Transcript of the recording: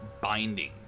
binding